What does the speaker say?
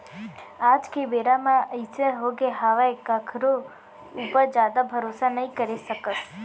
आज के बेरा म अइसे होगे हावय कखरो ऊपर जादा भरोसा नइ करे सकस